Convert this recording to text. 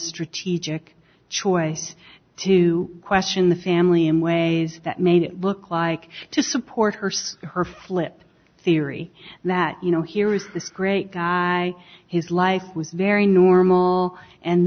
strategic choice to question the family in ways that made it look like to support her see her flip theory that you know here is this great guy his life was very normal and